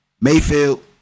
Mayfield